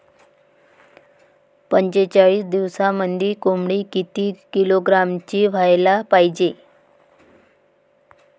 पंचेचाळीस दिवसामंदी कोंबडी किती किलोग्रॅमची व्हायले पाहीजे?